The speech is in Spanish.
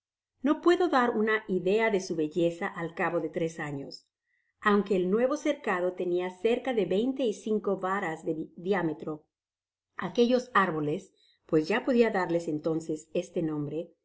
no puedo dar una idea de su belleza al cabo de tres años aunque el nuevo cercado tenia cerca de veinte y cinco varas de diámetro aquellos árboles pues ya podia darles entonces este nombre